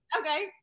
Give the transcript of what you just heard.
Okay